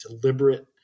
deliberate